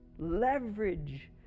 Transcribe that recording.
leverage